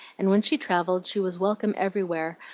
and when she travelled she was welcome everywhere,